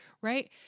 right